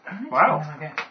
Wow